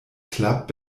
club